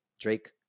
Drake